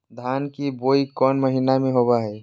धान की बोई कौन महीना में होबो हाय?